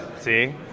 See